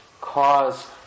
cause